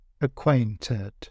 acquainted